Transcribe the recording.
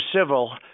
civil